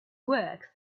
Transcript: work